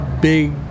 big